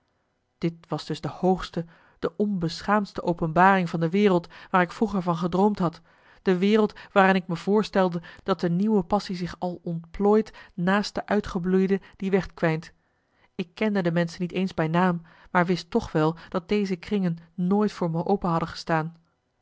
dit was dus de hoogste de onbeschaamdste openbaring van de wereld waar ik vroeger van gedroomd had de wereld waarin ik me voorstelde dat de nieuwe passie zich al ontplooit naast de uitgebloeide die wegkwijnt ik kende de menschen niet eens bij naam maar wist toch wel dat deze kringen nooit voor me open hadden gestaan